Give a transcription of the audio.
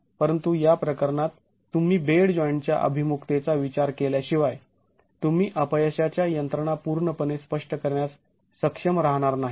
परंतु या प्रकरणात तुम्ही बेड जॉईंटच्या अभिमुखतेचा विचार केल्याशिवाय तुम्ही अपयशाच्या यंत्रणा पूर्णपणे स्पष्ट करण्यास सक्षम राहणार नाही